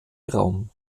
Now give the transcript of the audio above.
raum